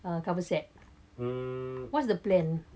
uh cover set what's the plan